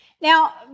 Now